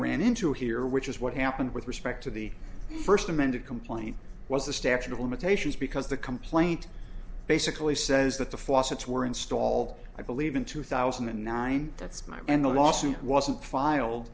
ran into here which is what happened with respect to the first amended complaint was the statute of limitations because the complaint basically says that the faucets were installed i believe in two thousand and nine that's my and the lawsuit wasn't filed